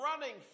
running